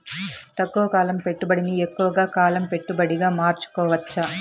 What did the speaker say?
తక్కువ కాలం పెట్టుబడిని ఎక్కువగా కాలం పెట్టుబడిగా మార్చుకోవచ్చా?